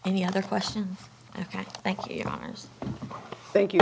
any other question ok thank you